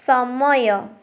ସମୟ